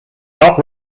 not